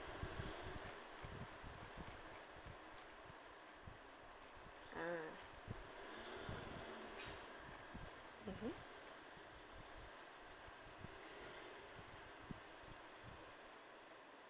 ah mmhmm